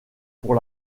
pour